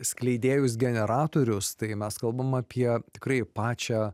skleidėjus generatorius tai mes kalbam apie tikrai pačią